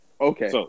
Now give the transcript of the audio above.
Okay